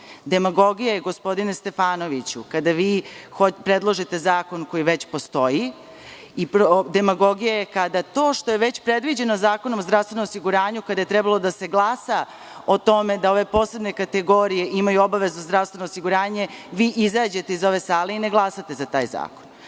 porodilje. Demagogija je, gospodine Stefanoviću, kada vi predlažete zakon koji već postoji i demagogija je kada to što je već predviđeno Zakonom o zdravstvenom osiguranju, kada je trebalo da se glasa o tome da ove posebne kategorije imaju obavezno zdravstveno osiguranje, vi izađete iz ove sale i ne glasate za taj zakon.